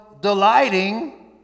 delighting